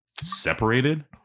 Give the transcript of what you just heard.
separated